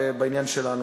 בעניין שלנו.